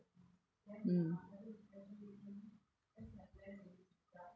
mm